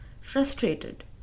frustrated